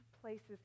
places